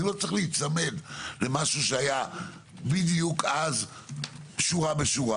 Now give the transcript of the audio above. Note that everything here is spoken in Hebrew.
האם לא צריך להיצמד למשהו שהיה בדיוק אז שורה בשורה,